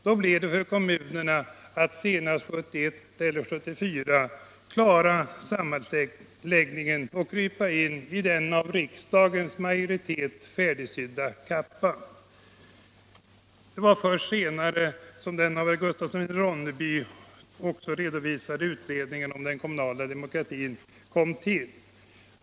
Då blev det nödvändigt för kommunerna att senast 1971 eller 1974 klara sammanläggningen och krypa in i den av riksdagens majoritet färdigsydda kappan. Det var först senare som den av herr Gustafsson i Ronneby också redovisade utredningen om den kommunala demokratin kom till.